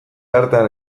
hartan